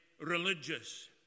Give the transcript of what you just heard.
religious